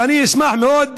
ואני אשמח מאוד,